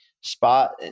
spot